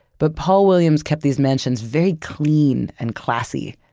but paul williams kept these mentions very clean and classy.